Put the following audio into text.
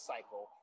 Cycle